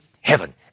heaven